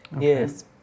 Yes